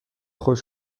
خوش